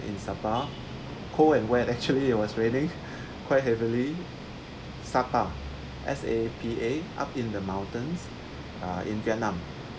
in sapa cold and wet actually it was raining quite heavily sapa S_A_P_A up in the mountains uh in vietnam